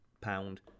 pound